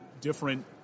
different